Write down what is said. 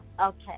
Okay